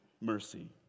mercy